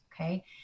Okay